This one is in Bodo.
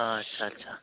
आदसा आदसा